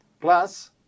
Plus